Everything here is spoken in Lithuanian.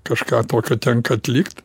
kažką tokio tenka atlikt